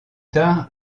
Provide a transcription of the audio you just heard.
tard